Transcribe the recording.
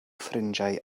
ffrindiau